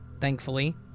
Thankfully